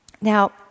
Now